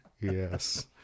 Yes